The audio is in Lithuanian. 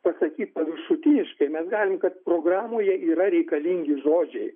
pasakyt paviršutiniškai mes galim kad programoje yra reikalingi žodžiai